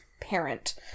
parent